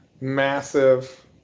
massive